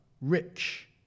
rich